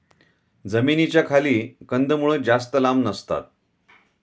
जमिनीच्या खाली कंदमुळं जास्त लांब नसतात